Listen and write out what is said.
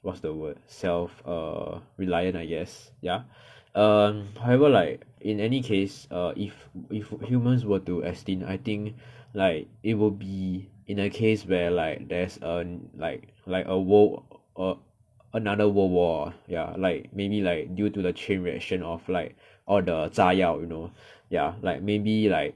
what's the word self-reliant I guess ya um however like in any case if if humans were to extinct I think like it will be in a case where like there's a like like a world err another world war ah ya like maybe like due to the chain reaction of like all the 炸药 you know ya like maybe like